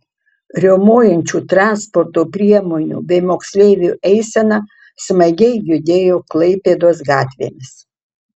riaumojančių transporto priemonių bei moksleivių eisena smagiai judėjo klaipėdos gatvėmis